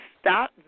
stop